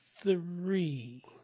three